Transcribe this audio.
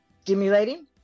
stimulating